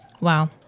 Wow